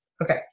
Okay